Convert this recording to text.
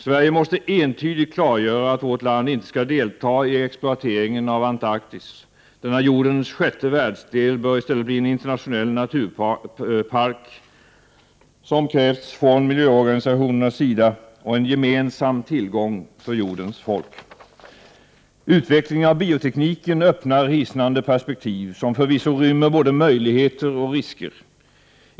Sverige måste entydigt klargöra att vårt land inte skall delta i exploateringen av Antarktis. Denna jordens sjätte världsdel bör i stället bli en internationell naturpark, som krävts från miljöorganisationernas sida, och en gemensam tillgång för jordens folk. Utvecklingen av biotekniken öppnar hisnande perspektiv, som förvisso rymmer både möjligheter och risker.